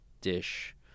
dish